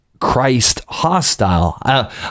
Christ-hostile